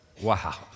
Wow